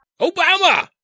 Obama